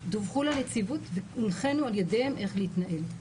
דווחו ליציבות והונחינו על ידיהם איך להתנהל,